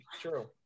True